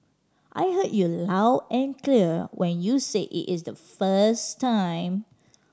I heard you loud and clear when you said it is the first time